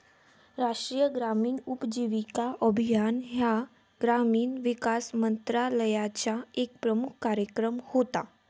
राष्ट्रीय ग्रामीण उपजीविका अभियान हा ग्रामीण विकास मंत्रालयाचा एक प्रमुख कार्यक्रम होता